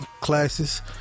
classes